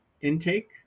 intake